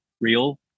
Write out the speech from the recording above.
real